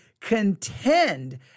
contend